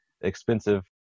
expensive